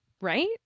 Right